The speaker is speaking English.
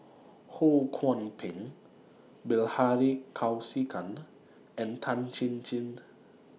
Ho Kwon Ping Bilahari Kausikan and Tan Chin Chin